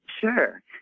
Sure